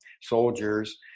soldiers